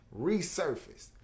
resurfaced